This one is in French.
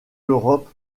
l’europe